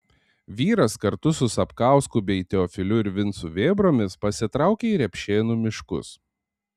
vyras kartu su sapkausku bei teofiliu ir vincu vėbromis pasitraukė į repšėnų miškus